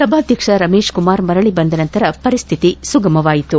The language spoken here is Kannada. ಸಭಾಧ್ಯಕ್ಷ ರಮೇಶ್ ಕುಮಾರ್ ಮರಳಿ ಬಂದ ನಂತರ ಪರಿಸ್ಥಿತಿ ಸುಗಮವಾಯಿತು